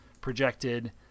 projected